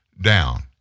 down